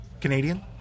Canadian